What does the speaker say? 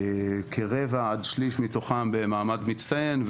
כרבע עד שליש מתוכם במעמד מצטיין,